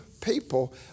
people